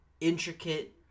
intricate